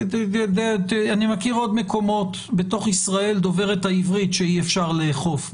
אני מכיר עוד מקומות בתוך ישראל דוברת העברית שאי אפשר לאכוף,